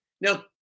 Now